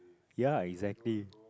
ya exactly